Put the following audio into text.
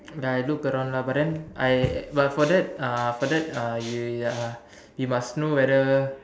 ya I look around lah I but for then uh for that uh you ya you must know whether